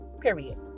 period